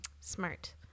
Smart